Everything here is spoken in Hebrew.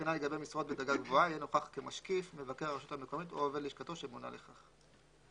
ומתחת יש דרגה של ראשי אגפים.